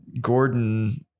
Gordon